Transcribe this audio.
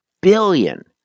billion